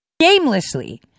shamelessly